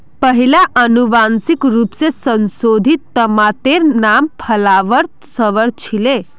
पहिला अनुवांशिक रूप स संशोधित तमातेर नाम फ्लावर सवर छीले